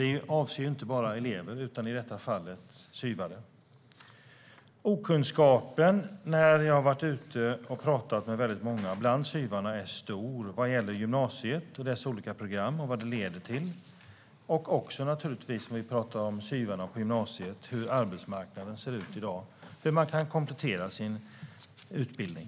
Det avser inte bara elever utan i detta fall SYV:are. Jag har varit ute och pratat med väldigt många SYV:are. Okunskapen bland dem är stor vad gäller gymnasiet, dess olika program och vad de leder till och också naturligtvis, när det gäller SYV:arna på gymnasiet, hur arbetsmarknaden ser ut i dag och hur man kan komplettera sin utbildning.